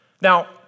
Now